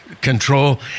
control